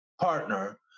partner